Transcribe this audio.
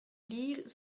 dir